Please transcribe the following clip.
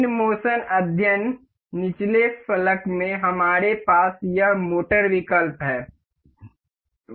इन motion अध्ययन निचले फलक में हमारे पास यह मोटर विकल्प है